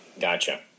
Gotcha